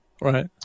Right